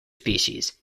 species